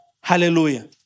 Hallelujah